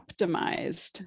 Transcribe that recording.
optimized